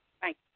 Thank